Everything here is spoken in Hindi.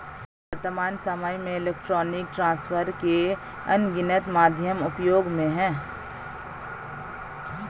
वर्त्तमान सामय में इलेक्ट्रॉनिक ट्रांसफर के अनगिनत माध्यम उपयोग में हैं